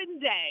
Day